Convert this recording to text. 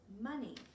money